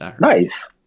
Nice